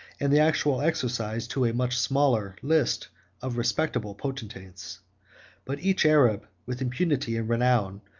and the actual exercise to a much smaller, list of respectable potentates but each arab, with impunity and renown,